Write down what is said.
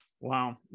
Wow